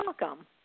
welcome